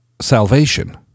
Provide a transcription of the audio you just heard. salvation